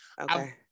okay